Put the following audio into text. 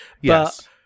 Yes